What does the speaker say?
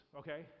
okay